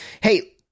Hey